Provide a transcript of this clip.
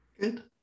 Good